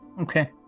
Okay